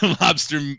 lobster